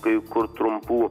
kai kur trumpų